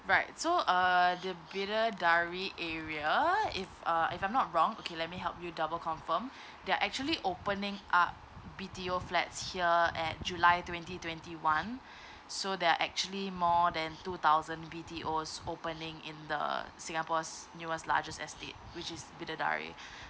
right so uh the bidadari area if uh if I'm not wrong okay let me help you double confirm they're actually opening up B_T_O flats here at july twenty twenty one so there are actually more than two thousand B_T_O opening in the singapore's newest largest estate which is bidadari